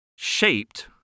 Shaped